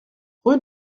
rue